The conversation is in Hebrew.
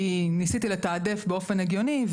כי ניסיתי לתעדף באופן הגיוני,